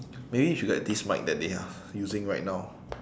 maybe we should get this mic that they are using right now